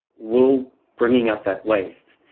will bringing up that waste,